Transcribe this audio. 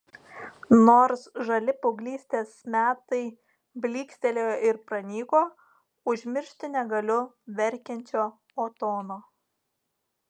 nors žali paauglystės metai blykstelėjo ir pranyko užmiršti negaliu verkiančio otono